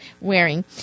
wearing